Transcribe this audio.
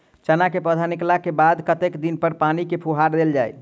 चना केँ पौधा निकलला केँ बाद कत्ते दिन पर पानि केँ फुहार देल जाएँ?